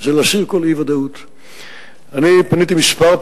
אני מציין את מה